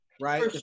right